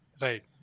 right